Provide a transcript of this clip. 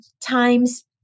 times